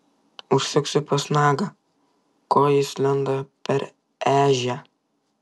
užsuksiu pas nagą ko jis lenda per ežią